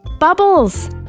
Bubbles